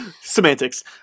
semantics